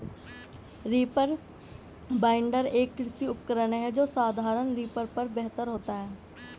reaper binder, एक कृषि उपकरण है जो साधारण रीपर पर बेहतर होता है